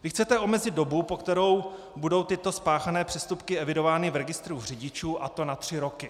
Vy chcete omezit dobu, po kterou budou tyto spáchané přestupky evidovány v registru řidičů, a to na tři roky.